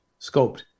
scoped